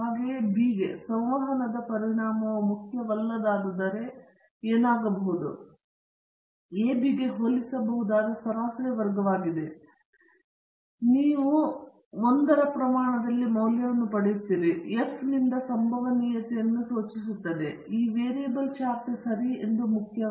ಹಾಗೆಯೇ ಬಿ ಗೆ ಸಂವಹನದ ಪರಿಣಾಮವು ಮುಖ್ಯವಲ್ಲವಾದರೆ ಆಗ ಏನಾಗಬಹುದು ಎಂಬುದು ಎಬಿಗೆ ಹೋಲಿಸಬಹುದಾದ ಸರಾಸರಿ ವರ್ಗವಾಗಿದೆ ಮತ್ತು ನೀವು 1 ರ ಪ್ರಮಾಣದಲ್ಲಿ ಮೌಲ್ಯವನ್ನು ಪಡೆಯುತ್ತೀರಿ ಮತ್ತು ಇದು ಎಫ್ ನಿಂದ ಸಂಭವನೀಯತೆ ಸೂಚಿಸುತ್ತದೆಈ ವೇರಿಯಬಲ್ ಚಾರ್ಟ್ ಸರಿ ಎಂದು ಮುಖ್ಯವಲ್ಲ